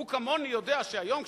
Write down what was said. הוא כמוני יודע שהיום,